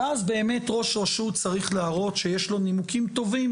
ואז באמת ראש רשות צריך להראות שיש לו נימוקים טובים,